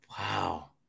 Wow